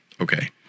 Okay